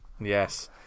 Yes